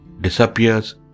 Disappears